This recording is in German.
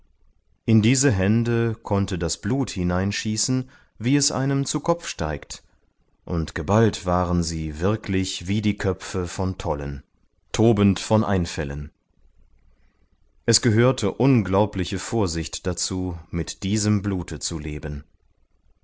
in diese hände konnte das blut hineinschießen wie es einem zu kopf steigt und geballt waren sie wirklich wie die köpfe von tollen tobend von einfällen es gehörte unglaubliche vorsicht dazu mit diesem blute zu leben